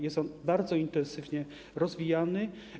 Jest on bardzo intensywnie rozwijany.